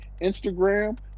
Instagram